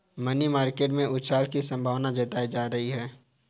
money market में उछाल की संभावना जताई जा रही है